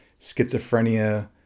schizophrenia